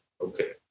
Okay